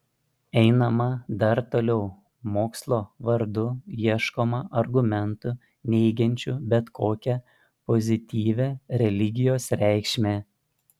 einama dar toliau mokslo vardu ieškoma argumentų neigiančių bet kokią pozityvią religijos reikšmę